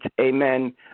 Amen